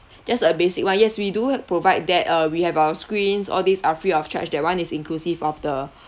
just a basic [one] yes we do provide that uh we have our screens all these are free of charge that [one] is inclusive of the